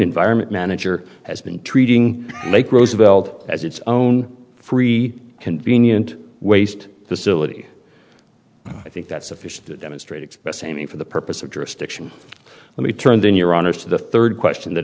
environment manager has been treating make roosevelt as its own free convenient waste facility i think that's sufficient to demonstrate express amy for the purpose of jurisdiction let me turn then your honor to the third question that